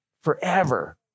Forever